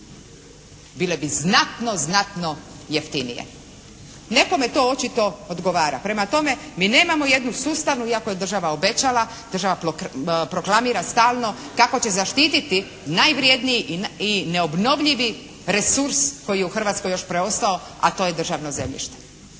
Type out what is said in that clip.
Bile bi znatno, znatno jeftinije. Nekome to očito odgovara. Prema tome mi nemamo jednu sustavnu, iako je država obećala, država proklamira stalno kako će zaštiti najvredniji i neobnovljivi resurs koji je u Hrvatskoj još preostao a to je državno zemljište.